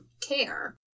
care